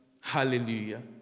Hallelujah